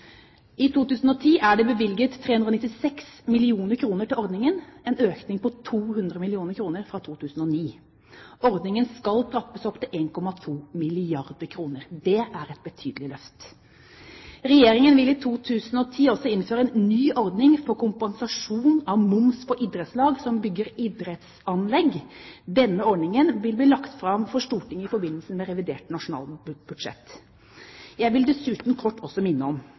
I 2010 er det bevilget 396 mill. kr til ordningen, en økning på 200 mill. kr fra 2009. Ordningen skal trappes opp til 1,2 milliarder kr. Det er et betydelig løft. Regjeringen vil i 2010 også innføre en ny ordning for kompensasjon av moms for idrettslag som bygger idrettsanlegg. Denne ordningen vil bli lagt fram for Stortinget i forbindelse med revidert nasjonalbudsjett. Jeg vil dessuten kort minne om